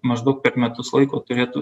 maždaug per metus laiko turėtų